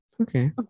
Okay